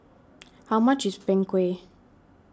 how much is Png Kueh